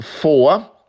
four